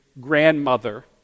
grandmother